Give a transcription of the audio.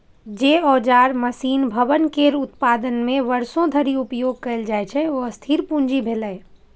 जे औजार, मशीन, भवन केर उत्पादन मे वर्षों धरि उपयोग कैल जाइ छै, ओ स्थिर पूंजी भेलै